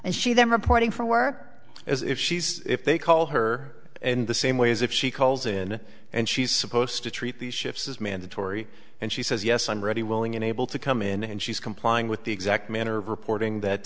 and see them reporting for work as if she's if they call her in the same way as if she calls in and she's supposed to treat these shifts as mandatory and she says yes i'm ready willing and able to come in and she's complying with the exact manner of reporting that